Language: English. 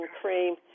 Cream